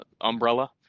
umbrella